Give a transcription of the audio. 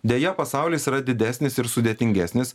deja pasaulis yra didesnis ir sudėtingesnis